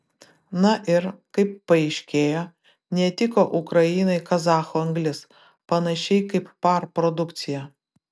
na ir kaip paaiškėjo netiko ukrainai kazachų anglis panašiai kaip par produkcija